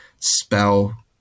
spell